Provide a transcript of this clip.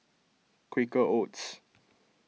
Quaker Oats